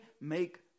make